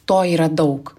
to yra daug